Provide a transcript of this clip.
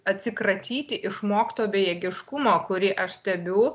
atsikratyti išmokto bejėgiškumo kurį aš stebiu